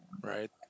Right